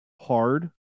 hard